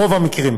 ברוב המקרים.